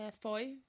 Five